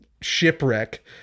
shipwreck